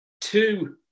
two